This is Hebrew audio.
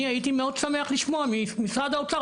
אני הייתי מאוד שמח לשמוע ממשרד האוצר,